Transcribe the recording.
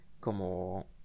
como